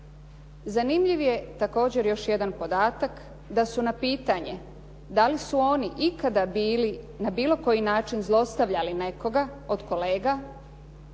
Zanimljiv je također još jedan podatak da su na pitanje da li su oni ikada bili na bilo koji način zlostavljali nekoga od kolega